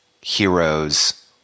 heroes